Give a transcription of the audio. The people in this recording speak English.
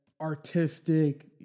artistic